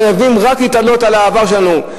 חייבים רק להיתלות בעבר שלנו.